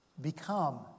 become